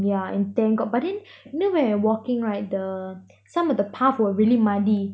yeah and thank god but then you know when walking right the some of the path were really muddy